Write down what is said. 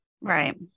Right